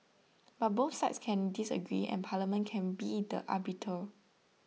but both sides can disagree and Parliament can be the arbiter